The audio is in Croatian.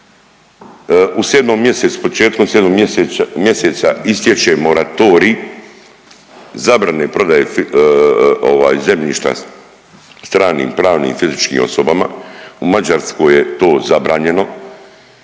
početkom 7 mjeseca istječe moratorij zabrane prodaje zemljišta stranim pravnim i fizičkim osobama. U Mađarskoj je to zabranjeno,